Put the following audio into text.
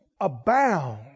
abound